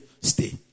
stay